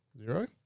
zero